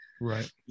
Right